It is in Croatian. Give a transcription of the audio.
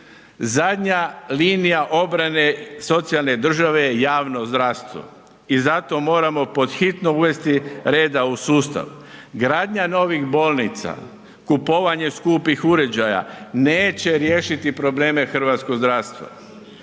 Zadnja linija obrane socijalne države je javno zdravstvo i zato moramo pod hitno uvesti reda u sustav. gradnja novih bolnica, kupovanje skupih uređaja neće riješiti probleme hrvatskog zdravstva.